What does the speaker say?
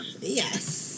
Yes